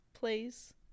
Please